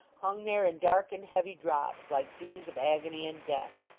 hung there in dark and heavy drops, like dews of agony and death.